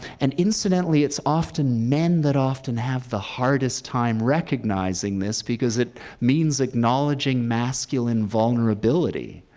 and incidentally, it's often men that often have the hardest time recognizing this, because it means acknowledging masculine vulnerability.